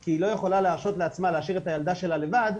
כי היא לא יכולה להרשות לעצמה להשאיר את הילדה שלה לבד,